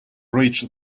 reached